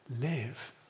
live